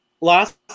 Last